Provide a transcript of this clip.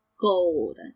gold